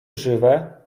żywe